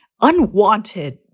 unwanted